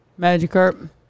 Magikarp